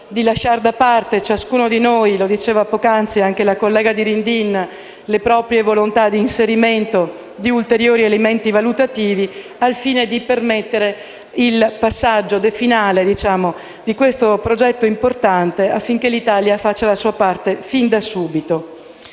di lasciare da parte, ciascuno di noi, come diceva poc'anzi anche la collega Dirindin, le proprie volontà di inserimento di ulteriori elementi valutativi, al fine di permettere il passaggio finale di questo importante progetto, affinché l'Italia faccia la sua parte fin da subito.